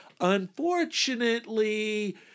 Unfortunately